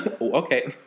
Okay